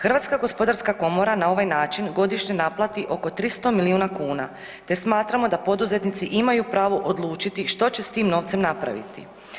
Hrvatska gospodarska komora na ovaj način godišnje naplati oko 300 miliona kuna te smatramo da poduzetnici imaju pravo odlučiti što će s tim novcem napraviti.